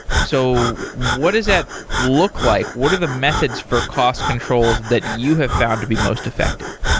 so what is that look like? what are the methods for cost controls that you have found to be most effective?